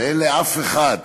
ואין לאף אחד